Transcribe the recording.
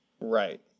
Right